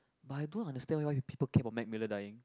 but I don't understand why people care about Mac Miller dying